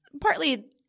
partly